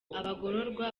abagororwa